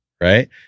right